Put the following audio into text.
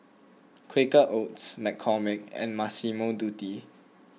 Quaker Oats McCormick and Massimo Dutti